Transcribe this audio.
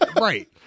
Right